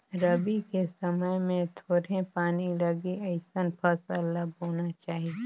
रबी के समय मे थोरहें पानी लगे अइसन फसल ल बोना चाही